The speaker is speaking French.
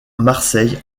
marseille